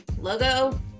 logo